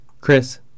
Chris